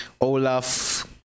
Olaf